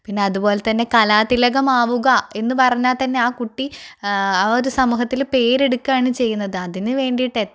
പിന്നെ അതുപോലെ തന്നെ കലാതിലകമാവുക എന്ന് പറയുന്ന തന്നെ ആ കുട്ടി ആ ഒരു സമൂഹത്തില് പേരെടുക്കുകയാണ് ചെയ്യുന്നത് അതിന് വേണ്ടിയിട്ട്